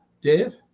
Dave